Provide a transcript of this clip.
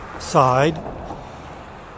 side